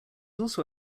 also